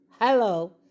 hello